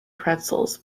pretzels